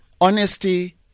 Honesty